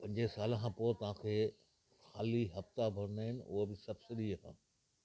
पंज साल खां पोइ तव्हांखे खाली हफ़्ता भरिणा आइन उहा बि सब्सिडी सां